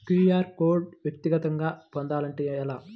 QR code వ్యక్తిగతంగా పొందాలంటే ఎలా?